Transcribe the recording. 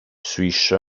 swiss